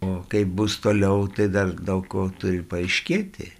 o kaip bus toliau tai dar daug ko turi paaiškėti